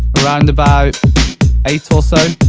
around about eight or so